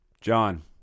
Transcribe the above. John